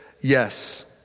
yes